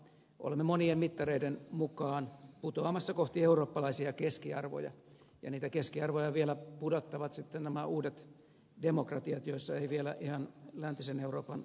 olemme monien mittareiden mukaan pu toamassa kohti eurooppalaisia keskiarvoja ja niitä keskiarvoja vielä pudottavat sitten nämä uudet demokratiat joissa ei vielä ihan läntisen euroopan osallistumisaktiviteetteihin ole päästy